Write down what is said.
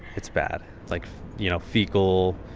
it's bad. like you know, fecal,